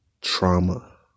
trauma